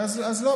אז לא.